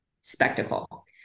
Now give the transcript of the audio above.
spectacle